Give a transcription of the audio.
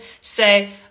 say